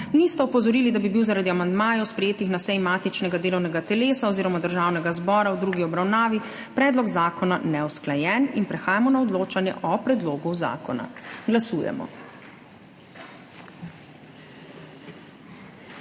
nista opozorili, da bi bil zaradi amandmajev, sprejetih na seji matičnega delovnega telesa oziroma Državnega zbora v drugi obravnavi, predlog zakona neusklajen. Prehajamo na odločanje o predlogu zakona. Glasujemo.